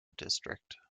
district